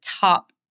top